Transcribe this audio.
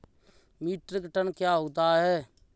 Metric tonne क्या होता है?